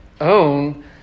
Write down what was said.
own